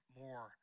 more